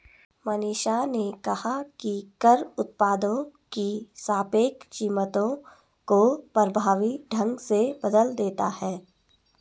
मनीषा ने कहा कि कर उत्पादों की सापेक्ष कीमतों को प्रभावी ढंग से बदल देता है